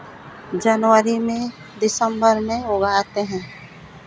जनवरी में दिसंबर में उगाते हैं